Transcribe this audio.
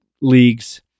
leagues